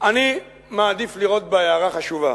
אני מעדיף לראות בה הערה חשובה.